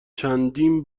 چندین